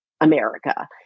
America